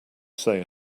say